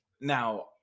now